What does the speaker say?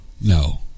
No